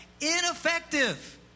Ineffective